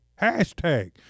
Hashtag